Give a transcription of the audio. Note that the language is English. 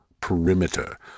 perimeter